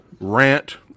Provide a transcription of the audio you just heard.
rant